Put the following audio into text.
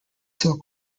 till